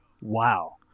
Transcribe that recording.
Wow